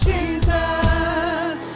Jesus